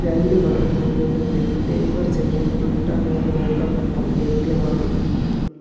രണ്ട് മണിക്കൂറിനുള്ളിൽ ഡെലിവർ ചെയ്യാൻ ബ്രിട്ടാനിയ ഗോതമ്പ് അപ്പം ലഭ്യമാണോ